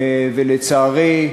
ולצערי,